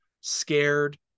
scared